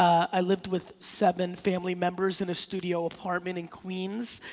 i lived with seven family members in a studio apartment in queens.